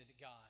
God